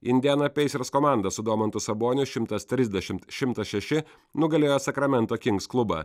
indiana peisers komanda su domantu saboniu šimtas trisdešimt šimtas šeši nugalėjo sakramento kings klubą